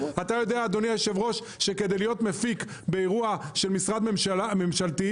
כדי להיות מפיק באירוע של משרד ממשלתי,